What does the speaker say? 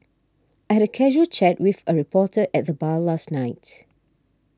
I had a casual chat with a reporter at the bar last night